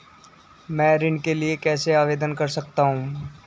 मैं ऋण के लिए कैसे आवेदन कर सकता हूं?